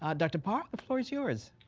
ah dr. parr, the floor is yours.